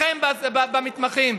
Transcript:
בכם, המתמחים.